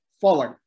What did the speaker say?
forward